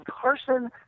Carson